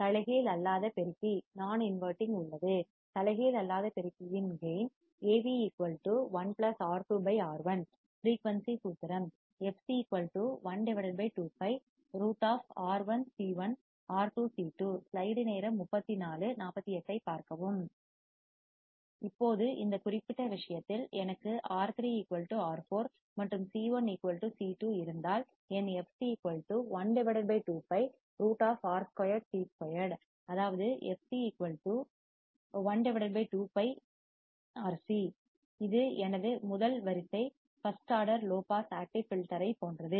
தலைகீழ் அல்லாத பெருக்கி நான் இன்வாட்டிங் உள்ளது தலைகீழ் அல்லாத பெருக்கியின் gain Av 1 R2 R1 frequency சூத்திரம் fc 12 π√ R1C1R2C2 இப்போது இந்த குறிப்பிட்ட விஷயத்தில் எனக்கு R3 R4 மற்றும் C1 C2 இருந்தால் என் fc 1 2 π √ R2C2 அதாவது fc 1 2 πRC இது எனது முதல் வரிசை first order low pass active filter ஐப் போன்றது